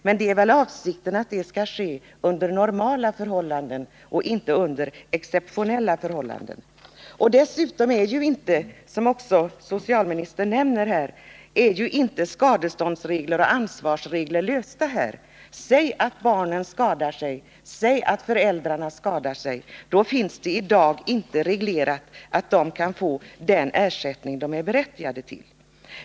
Men det är väl avsikten att det skall ske under normala förhållanden och inte under exceptionella sådana. Dessutom är inte, som också socialministern nämner, problemet med skadeståndsoch ansvarsreglerna löst. Säg att barnen eller föräldrarna skadar sig, då finns det i dag inte reglerat att de kan få den ersättning som de är berättigade till.